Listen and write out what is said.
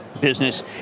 business